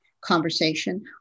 conversation